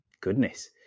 goodness